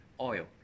oil